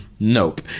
nope